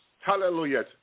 Hallelujah